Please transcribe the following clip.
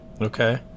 Okay